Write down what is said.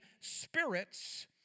spirits